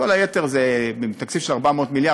כל היתר זה תקציב של 4 מיליארד,